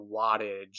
wattage